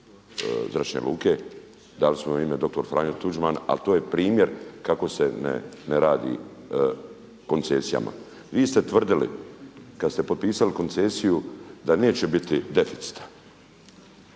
zračne luke, dali smo joj ime doktor Franjo Tuđman ali to je primjer kako se ne radi u koncesijama. Vi ste tvrdili kada ste potpisali koncesiju da neće biti deficita,